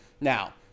now